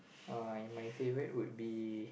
uh my favourite would be